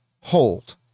hold